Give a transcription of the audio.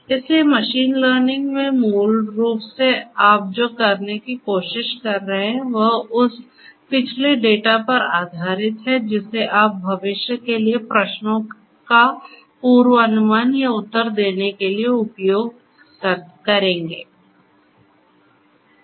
इसलिए machine learning में मूल रूप से आप जो करने की कोशिश कर रहे हैं वह उस पिछले डेटा पर आधारित है जिसे आप भविष्य के लिए प्रश्नों का पूर्वानुमान या उत्तर देने के लिए उपयोग करेंगे